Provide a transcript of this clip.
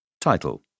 Title